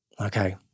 Okay